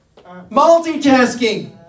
Multitasking